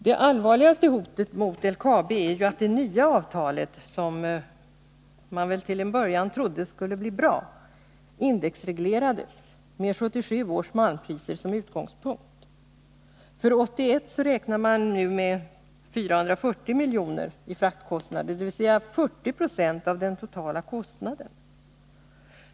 Det allvarligaste hotet mot LKAB är att det nya avtalet — som man väl till en början trodde skulle bli bra — indexreglerades med 1977 års malmpriser som utgångspunkt. För 1981 räknar man nu med 440 milj.kr. i fraktkostnader, dvs. 40 20 av de totala kostnaderna.